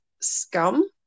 scum